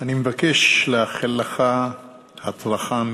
אני מבקש לאחל לך הצלחה.